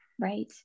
right